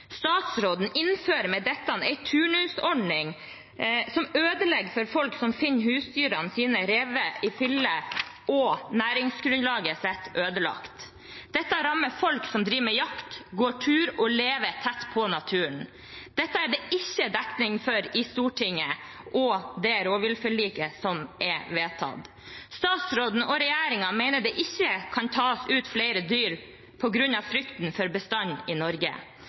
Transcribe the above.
Statsråden innfører med dette en turnusordning som ødelegger for folk som finner husdyrene sine revet i filler og næringsgrunnlaget sitt ødelagt. Dette rammer folk som driver med jakt, går tur og lever tett på naturen. Dette er det ikke dekning for i Stortinget og i det rovviltforliket som er vedtatt. Statsråden og regjeringen mener det ikke kan tas ut flere dyr, på grunn av frykten for bestanden i Norge.